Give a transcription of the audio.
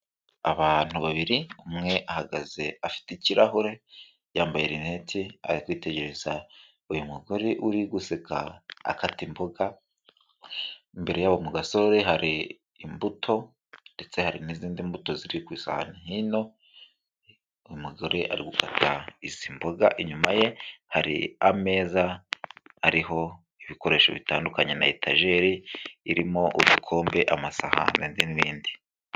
Abantu babiri, umwe ahagaze afite ikirahure, yambaye rineneti ari kwitegereza uyu mugore uri guseka akata imboga, imbere yabo mu gasore hari imbuto ndetse hari n'izindi mbuto ziri ku isahani hino, uyu umugore ari gukata izi mboga, inyuma ye hari ameza ariho ibikoresho bitandukanye na etajeri irimo udukombe, amasahani n'ibindi.